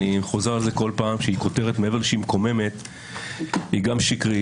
אני חוזר על זה כל פעם שזאת כותרת שמעבר לזה שהיא מקוממת היא גם שקרית.